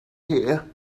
here